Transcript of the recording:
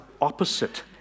opposite